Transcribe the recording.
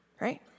right